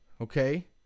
okay